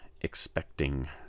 expecting